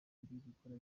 gukora